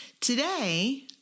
Today